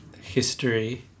history